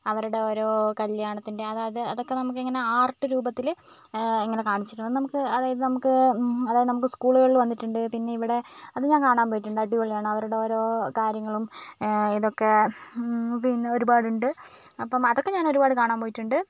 അവരുടെ ഓരോ കല്യാണത്തിൻ്റെ അതായത് അതൊക്ക നമുക്കിങ്ങനെ ആർട്ട് രൂപത്തിൽ ഇങ്ങനെ കാണിച്ചരും അത് നമുക്ക് അതായത് നമുക്ക് അതായത് നമുക്ക് സ്കൂളുകളിൽ വന്നിട്ടുണ്ട് പിന്നെ ഇവിടെ അത് ഞാൻ കാണാൻ പോയിട്ടുണ്ടു അടിപൊളിയാണ് അവരുടെ ഓരോ കാര്യങ്ങളും ഇതൊക്കെ പിന്നെ ഒരുപാടുണ്ട് അപ്പം അതൊക്കെ ഞാനൊരുപാട് കാണാൻ പോയിട്ടുണ്ട്